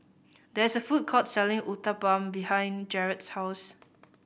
there is a food court selling Uthapam behind Gerard's house